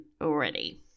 already